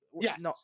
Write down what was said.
Yes